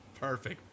Perfect